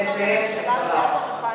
לדוגמה,